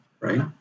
Right